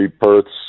Perth's